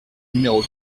numéro